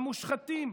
המושחתים,